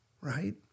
right